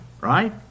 right